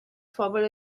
phobal